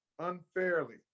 unfairly